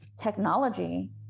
technology